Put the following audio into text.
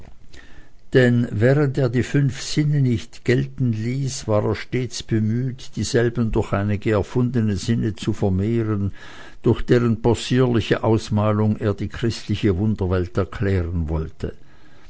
denn während er die fünf sinne nicht gelten ließ war er stets bemüht dieselben durch einige erfundene sinne zu vermehren durch deren possierliche ausmalung er die christliche wunderwelt erklären wollte